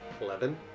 Eleven